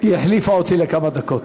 היא החליפה אותי לכמה דקות.